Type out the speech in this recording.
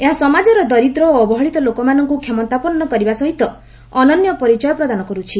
ଏହା ସମାଜର ଦରିଦ୍ର ଓ ଅବହେଳିତ ଲୋକମାନଙ୍କୁ କ୍ଷମତାପନ୍ନ କରିବା ସହିତ ଅନନ୍ୟ ପରିଚୟ ପ୍ରଦାନ କରୁଛି